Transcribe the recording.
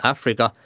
Africa